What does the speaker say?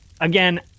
again